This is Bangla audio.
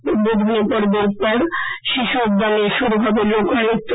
উদ্বোধনী পর্বের পর শিশু উদ্যানে শুরু হবে লোকনৃত্য